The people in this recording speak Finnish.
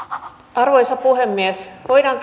arvoisa puhemies voidaan